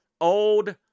old